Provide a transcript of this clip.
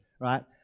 right